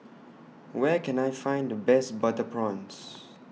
Where Can I Find The Best Butter Prawns